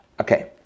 Okay